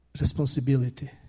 responsibility